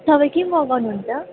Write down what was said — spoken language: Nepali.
तपाईँ के मगाउनु हुन्छ